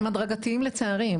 והם הדרגתיים לצערי.